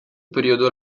periodo